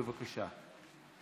בבקשה.